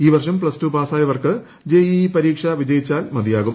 ഈ വർഷം പ്ലസ്ടു പാസായവർക്ക് ജെഇഇ പരീക്ഷ വിജയിച്ചാൽ മതിയാകും